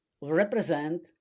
represent